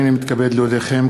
הנני מתכבד להודיעכם,